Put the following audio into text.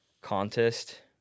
contest